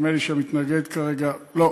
על מה